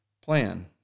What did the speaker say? plan